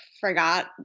forgot